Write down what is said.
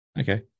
Okay